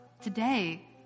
today